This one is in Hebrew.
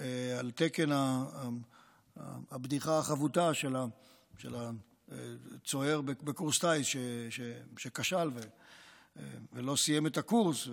על תקן הבדיחה החבוטה של הצוער בקורס טיס שכשל ולא סיים את הקורס,